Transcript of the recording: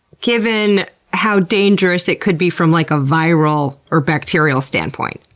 given how dangerous it could be from, like, a viral or bacterial standpoint?